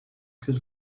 could